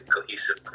cohesive